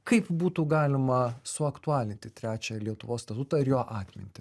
kaip būtų galima suaktualinti trečią lietuvos statutą ir jo atmintį